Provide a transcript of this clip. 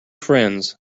friends